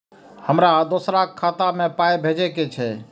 हमरा दोसराक खाता मे पाय भेजे के छै?